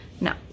No